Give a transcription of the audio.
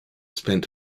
spent